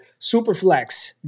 Superflex